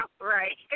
Right